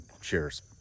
Cheers